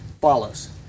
follows